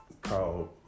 Called